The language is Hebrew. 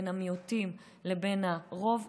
בין המיעוטים לבין הרוב.